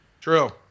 True